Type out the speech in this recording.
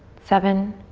seven,